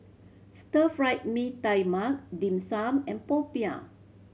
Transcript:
Stir Fry Mee Tai Mak Dim Sum and popiah